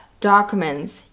documents